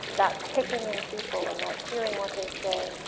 that taking in people and that hearing what they say.